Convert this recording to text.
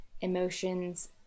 emotions